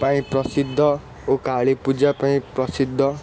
ପାଇଁ ପ୍ରସିଦ୍ଧ ଓ କାଳିପୂଜା ପାଇଁ ପ୍ରସିଦ୍ଧ